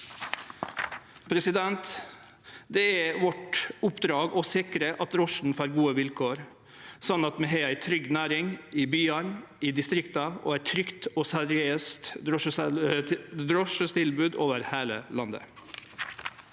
folk har. Det er vårt oppdrag å sikre at drosjen får gode vilkår, sånn at vi har ei trygg næring i byane og i distrikta, og eit trygt og seriøst drosjetilbod over heile landet.